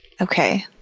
Okay